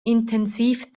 intensiv